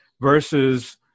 versus